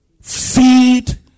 feed